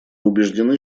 убеждены